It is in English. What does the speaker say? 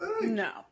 No